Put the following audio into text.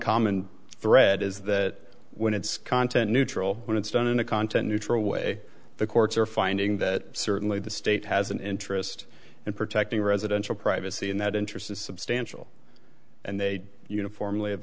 common thread is that when it's content neutral when it's done in a content neutral way the courts are finding that certainly the state has an interest in protecting residential privacy and that interest is substantial and they uniformly have